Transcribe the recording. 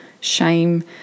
shame